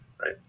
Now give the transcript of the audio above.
right